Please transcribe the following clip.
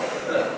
סמכויות